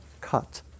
cut